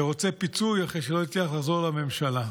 שרוצה פיצוי אחרי שלא הצליח לחזור לממשלה.